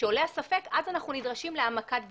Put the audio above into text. כשעולה הספק, אז אנחנו נדרשים להעמקת בדיקה.